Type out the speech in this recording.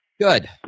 good